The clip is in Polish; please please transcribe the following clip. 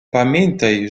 pamiętaj